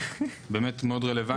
באמת מאוד רלוונטית.